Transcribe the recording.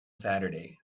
saturday